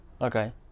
Okay